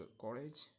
college